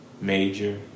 Major